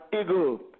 eagle